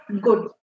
good